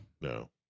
no